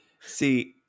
See